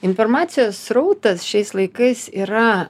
informacijos srautas šiais laikais yra